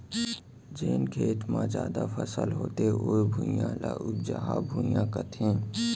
जेन खेत म जादा फसल होथे ओ भुइयां, ल उपजहा भुइयां कथें